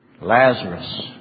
Lazarus